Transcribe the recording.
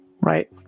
Right